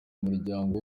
umuryango